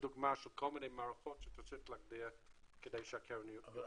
דוגמה של כל מיני מערכות שאתה צריך להגדיר כדי שהקרן --- אבל,